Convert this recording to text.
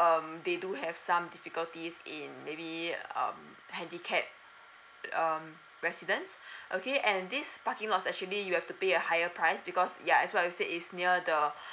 um they do have some difficulties in maybe um handicap um residents okay and these parking lots actually you have to pay a higher price because ya as well as said is near the